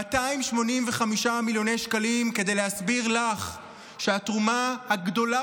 285 מיליון שקלים כדי להסביר לך שהתרומה הגדולה